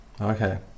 Okay